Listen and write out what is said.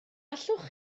allwch